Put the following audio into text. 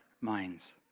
minds